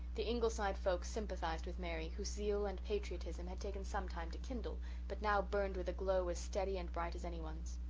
the ingleside folk sympathized with mary, whose zeal and patriotism patriotism had taken some time to kindle but now burned with a glow as steady and bright as any one's.